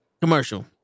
Commercial